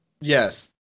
Yes